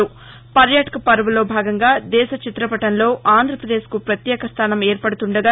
పర్యాటక్ పర్ప్ లో భాగంగా దేశ చిత్రపటంలో ఆంధ్రప్రదేశ్కు ప్రత్యేక స్టానం ఏర్పడుతుండగా